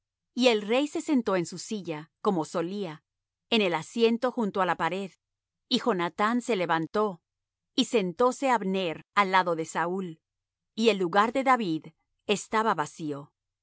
y el rey se sentó en su silla como solía en el asiento junto á la pared y jonathán se levantó y sentóse abner al lado de saúl y el lugar de david estaba vacío